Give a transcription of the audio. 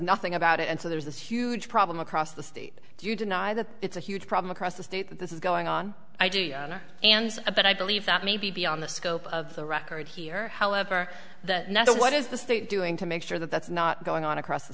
nothing about it and so there's this huge problem across the state do you deny that it's a huge problem across the state that this is going on i do and a but i believe that may be beyond the scope of the record here however the net what is the state doing to make sure that that's not going on across the